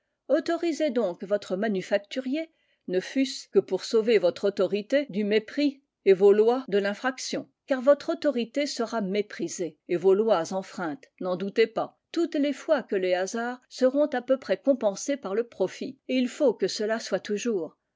autorisez donc votre manufacturier ne fût-ce que pour sauver votre autorité du mépris et vos lois de l'infraction car votre autorité sera méprisée et vos lois enfreintes n'en doutez pas toutes les fois que les hasards seront à peu près compensés par le profit et il faut que cela soit toujours